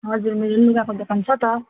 हजुर मेरो लुगाको दोकान छ त